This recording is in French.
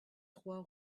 trois